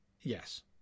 Yes